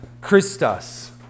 Christus